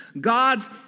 God's